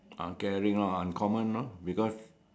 uncaring ah uncommon orh because